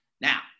Now